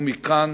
ומכאן